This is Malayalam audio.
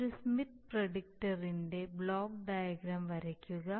ഒരു സ്മിത്ത് പ്രിഡിക്റ്ററിന്റെ ബ്ലോക്ക് ഡയഗ്രം വരയ്ക്കുക